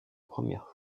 première